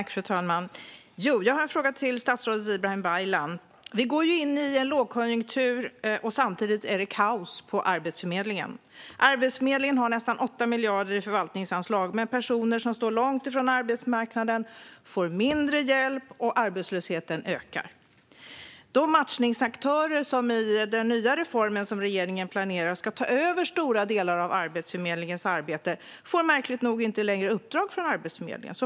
Fru talman! Jag har en fråga till statsrådet Ibrahim Baylan. Vi går nu in i en lågkonjunktur, och samtidigt är det kaos på Arbetsförmedlingen. Arbetsförmedlingen har nästan 8 miljarder i förvaltningsanslag, men personer som står långt ifrån arbetsmarknaden får mindre hjälp och arbetslösheten ökar. De matchningsaktörer som enligt den nya reform som regeringen planerar ska ta över stora delar av Arbetsförmedlingens arbete får märkligt nog inte längre några uppdrag från Arbetsförmedlingen.